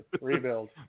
rebuild